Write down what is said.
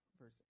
verse